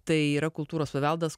tai yra kultūros paveldas